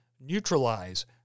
neutralize